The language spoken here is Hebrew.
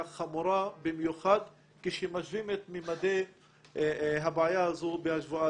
חמורה במיוחד כשמשווים את מימדי הבעיה הזו בהשוואה